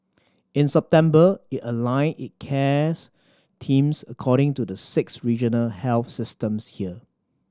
in September it aligned it cares teams according to the six regional health systems here